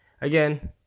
Again